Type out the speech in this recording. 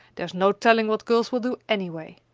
there's no telling what girls will do anyway.